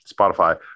Spotify